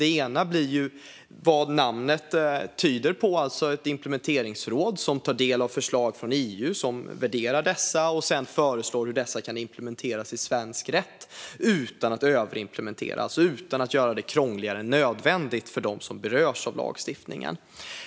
Det ena blir just ett implementeringsråd som tar del av förslag från EU, värderar dem och sedan föreslår hur de kan implementeras i svensk rätt utan att överimplementeras och göra det krångligare än nödvändigt för dem som berörs av lagstiftningen.